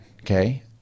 okay